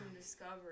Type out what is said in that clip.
discovery